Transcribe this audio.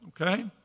okay